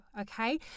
Okay